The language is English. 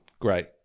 great